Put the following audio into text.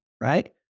Right